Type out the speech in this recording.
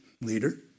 leader